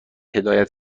هدایت